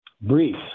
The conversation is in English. brief